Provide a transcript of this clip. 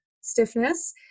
stiffness